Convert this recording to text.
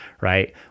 right